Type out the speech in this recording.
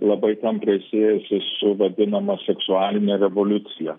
labai tampriai siejasi su vadinama seksualine revoliucija